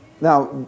now